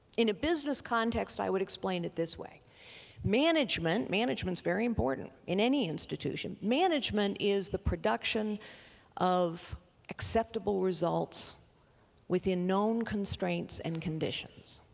in a business context i would explain it this way management management is very important in any institution management is the production of acceptable results within known constraints and conditions.